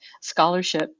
scholarship